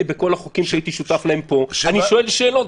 בכל החוקים שהייתי שותף להם פה: אני שואל שאלות,